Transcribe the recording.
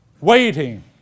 waiting